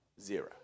zero